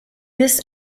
this